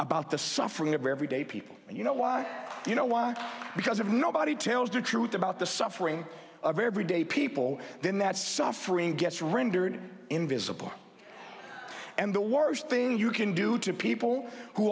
about the suffering of everyday people and you know why you know why because of nobody tells the truth about the suffering of everyday people then that suffering gets rendered invisible and the worst thing you can do to people who